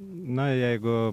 na jeigu